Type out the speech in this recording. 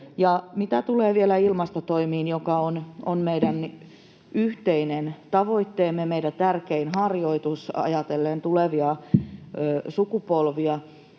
Mitä tulee vielä ilmastotoimiin, joka on meidän yhteinen tavoitteemme ja meidän tärkein harjoituksemme ajatellen tulevia sukupolvia,